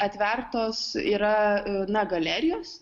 atvertos yra na galerijos